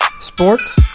Sports